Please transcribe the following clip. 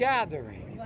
Gathering